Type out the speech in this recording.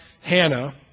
Hannah